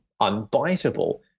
unbiteable